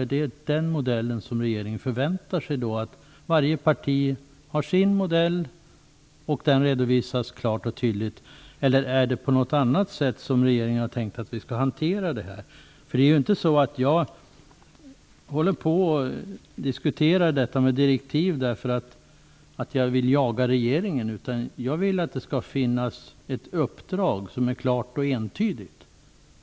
Är det den modellen som regeringen förväntar sig - alltså att varje parti har sin modell som redovisas klart och tydligt - eller är det på något annat sätt som regeringen har tänkt att vi skall hantera detta? Jag diskuterar inte detta med direktiv därför att jag vill jaga regeringen, utan jag vill att det skall finnas ett klart och entydigt